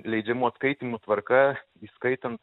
leidžiamų atskaitymų tvarka įskaitant